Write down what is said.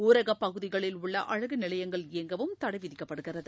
ஊரகப் பகுதிகளில் உள்ள அழகு நிலையங்கள் இயங்கவும் தடை விதிக்கப்படுகிறது